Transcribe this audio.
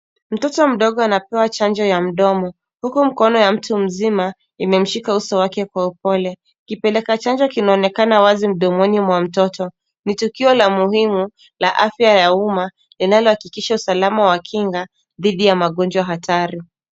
Mtoto mdogo anapewa chanjo ya mdomo huku mkono ya mtu mzima imemshika uso wake kwa upole. Kipeleka chanjo kinaonekana wazi mdomoni mwa mtoto. Ni tukio la muhimu la afya ya umma linalohakikisha usalama wa kinga dhidi ya magonjwa hatari.